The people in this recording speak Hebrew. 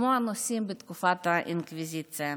כמו האנוסים בתקופת האינקוויזיציה.